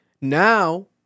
Now